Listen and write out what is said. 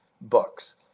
books